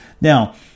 Now